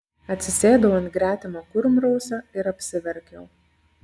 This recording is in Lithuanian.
atsisėdau ant gretimo kurmrausio ir apsiverkiau